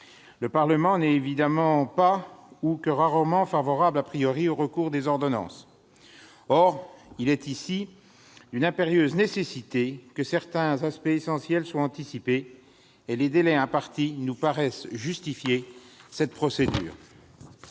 le Parlement n'est évidemment pas favorable, ou alors très rarement, au recours aux ordonnances. Or il est ici de l'impérieuse nécessité que certains aspects essentiels soient anticipés, et les délais impartis nous paraissent justifier cette procédure.